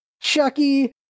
Chucky